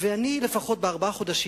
ואני לפחות, בארבעת החודשים